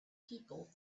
people